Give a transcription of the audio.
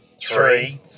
three